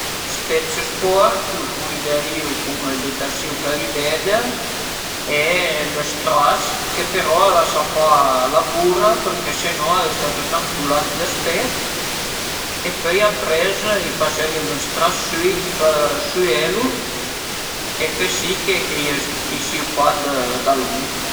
Ün spec sporch lu puliderìu cun ël detersìu për i veder e le stras che però a lasa pa la bura perché se no a resta tuta ënculà ënt lë spec e pöi apres i pasërìu ün stras süit për süelu e fe si ch'a ie sìu pa d'alun